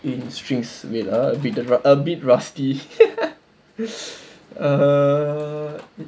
in strings wait ah a bit a bit rusty uh